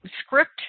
script